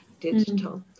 digital